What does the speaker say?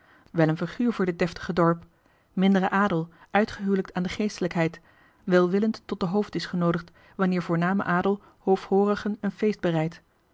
figuur voor dit deftige dorp mindere adel uitgehuwelijkt aan de geestelijkheid welwillend tot den hoofddisch genoodigd wanneer voorname adel hofhoorigen een feest bereidt